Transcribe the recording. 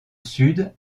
sud